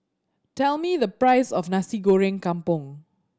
tell me the price of Nasi Goreng Kampung